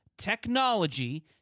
Technology